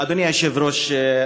אדוני היושב-ראש,